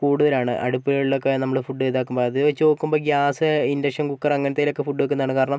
കൂടുതലാണ് അടുപ്പുകളിലൊക്കെ നമ്മൾ ഫുഡ് ഇതാക്കുമ്പോൾ അതുവെച്ചു നോക്കുമ്പോൾ ഗ്യാസ് ഇൻഡക്ഷൻ കുക്കറ് അങ്ങിനത്തേലൊക്കെ ഫുഡ് വെക്കുന്നതാണ് കാരണം